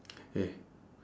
!hey!